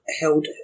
held